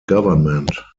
government